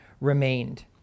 remained